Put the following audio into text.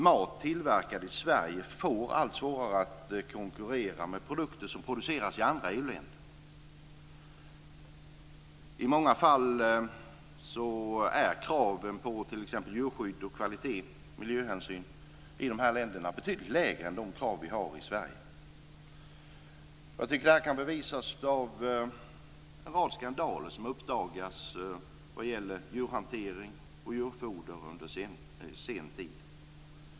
Mat tillverkad i Sverige får allt svårare att konkurrera med produkter som produceras i andra EU-länder. I många fall är kraven på t.ex. djurskydd, kvalitet och miljöhänsyn i de länderna mycket lägre än de krav i har i Sverige. Det kan bevisas av en rad skandaler som uppdagats vad gäller djurhantering och djurfoder under senare tid.